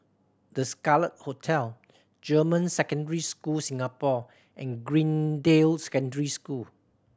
The Scarlet Hotel German Secondary School Singapore and Greendale Secondary School